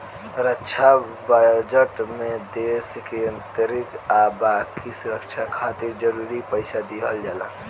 रक्षा budget में देश के आंतरिक आ बाकी सुरक्षा खातिर जरूरी पइसा दिहल जाला